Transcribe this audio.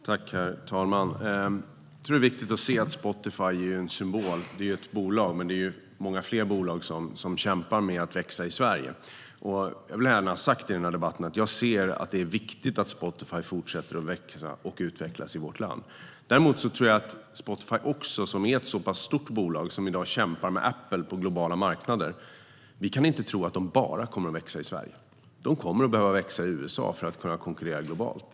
Herr talman! Jag tror att det är viktigt att se att Spotify är en symbol. Det är ett bolag, men det är många fler bolag som kämpar med att växa i Sverige. Jag vill gärna ha sagt i debatten att jag ser att det är viktigt att Spotify fortsätter att växa och utvecklas i vårt land. Men vi kan inte tro att Spotify, som är ett så pass stort bolag och som i dag kämpar med Apple på globala marknader, bara kommer att växa i Sverige. De kommer att behöva växa i USA för att kunna konkurrera globalt.